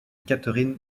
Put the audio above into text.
catherine